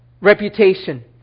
reputation